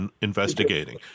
investigating